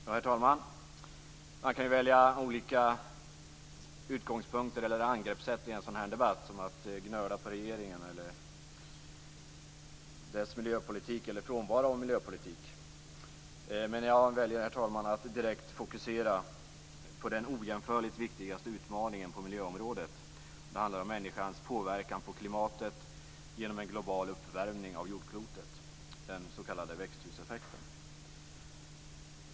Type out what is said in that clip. Herr talman! Man kan välja olika utgångspunkter eller angreppssätt i en sådan här debatt, som att gnöla på regeringen och dess politik eller frånvaro av miljöpolitik. Men jag väljer, herr talman, att direkt fokusera på den ojämförligt viktigaste utmaningen på miljöområdet. Det handlar om människans påverkan på klimatet genom en global uppvärmning av jordklotet, den s.k. växthuseffekten.